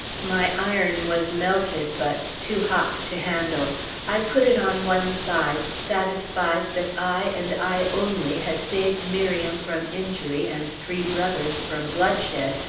my iron was melted, but too hot to handle i put it on one side, satisfied that i and i only had saved miriam from injury and three brothers from bloodshed,